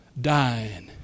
dying